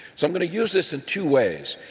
so i'm going to use this in two ways.